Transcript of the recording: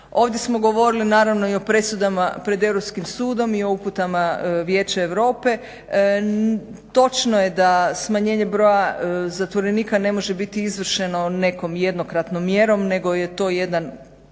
Ovdje smo govorili naravno i o presudama pred Europskim sudom i o uputama Vijeća Europe. Točno je da smanjenje broja zatvorenika ne može biti izvršeno nekom jednokratnom mjerom nego je to jedan